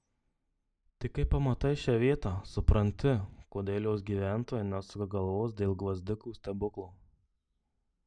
tik kai pamatai šią vietą supranti kodėl jos gyventojai nesuka galvos dėl gvazdikų stebuklo